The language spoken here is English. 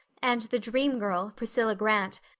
and the dream girl, priscilla grant,